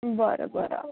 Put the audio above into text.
बरं बरं